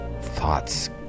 thoughts